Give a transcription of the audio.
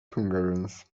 hungarians